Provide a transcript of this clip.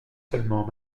seulement